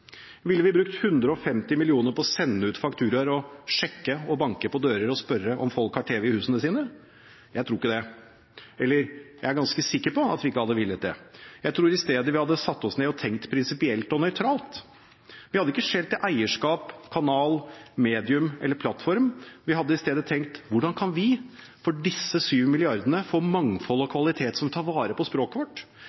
Ville vi brukt 150 mill. kr på å sende ut fakturaer og sjekke og banke på dører og spørre om folk har tv i husene sine? Jeg tror ikke det. Eller: Jeg er ganske sikker på at vi ikke hadde villet det. Jeg tror i stedet vi hadde satt oss ned og tenkt prinsipielt og nøytralt. Vi hadde ikke skjelt til eierskap, kanal, medier eller plattform. Vi hadde i stedet tenkt: Hvordan kan vi, for disse 7 mrd. kr, få mangfold og